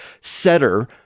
setter